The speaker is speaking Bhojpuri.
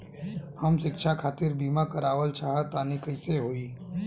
हम शिक्षा खातिर बीमा करावल चाहऽ तनि कइसे होई?